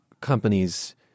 companies